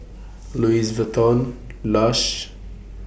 Louis Vuitton Lush